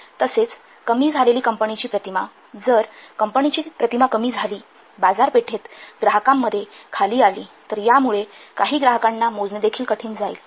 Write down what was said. तसेच कमी झालेली कंपनीची प्रतिमा जर कंपनीची प्रतिमा कमी झाली बाजारपेठेत ग्राहकांमध्ये खाली आली तर यामुळे काही ग्राहकांना मोजणे देखील कठीण जाईल